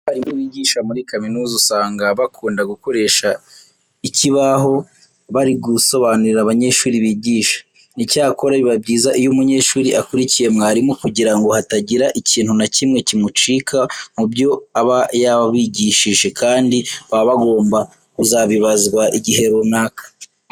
Abarimu bigisha muri kaminuza usanga bakunda gukoresha ikibaho bari gusobonurira abanyeshuri bigisha. Icyakora biba byiza iyo umunyeshuri akurikiye mwarimu kugira ngo hatagira ikintu na kimwe kimucika mu byo aba yabigishije kandi baba bagomba kuzabibazwa igihe runaka.